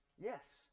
yes